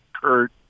Kurt